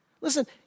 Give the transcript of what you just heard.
Listen